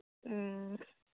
ꯎꯝ